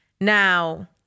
Now